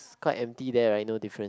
it's quite empty there right no difference